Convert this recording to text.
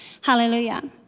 Hallelujah